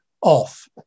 off